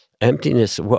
emptiness